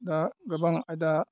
दा गोबां आयदा